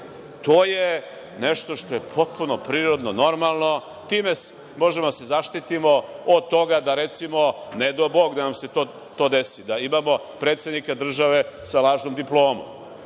To je nešto što je potpuno prirodno i normalno. Time možemo da se zaštitimo od toga da, recimo, ne dao Bog da nam se to desi, imamo predsednika države sa lažnom diplomom,